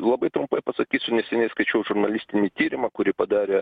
labai trumpai pasakysiu neseniai skaičiau žurnalistinį tyrimą kurį padarė